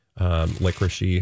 Licorice